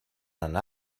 anar